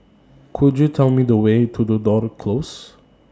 Could YOU Tell Me The Way to Tudor Close